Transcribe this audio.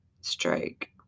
strike